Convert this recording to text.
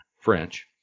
French